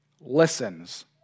listens